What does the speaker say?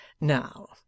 Now